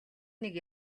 нэг